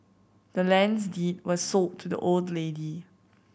the land's deed was sold to the old lady